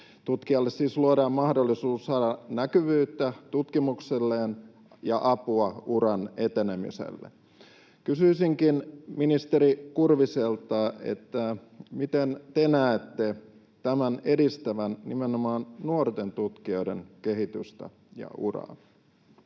Tutkijalle siis luodaan mahdollisuus saada näkyvyyttä tutkimukselleen ja apua uran etenemiselle. Kysyisinkin ministeri Kurviselta: miten te näette tämän edistävän nimenomaan nuorten tutkijoiden kehitystä ja uraa?